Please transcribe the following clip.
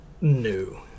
No